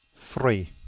three.